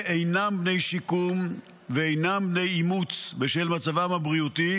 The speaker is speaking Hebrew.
אינם בני שיקום ואינם בני אימוץ בשל מצבם הבריאותי